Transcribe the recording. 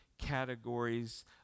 categories